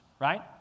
right